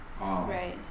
Right